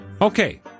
Okay